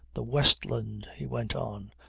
the westland, he went on,